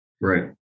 Right